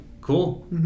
Cool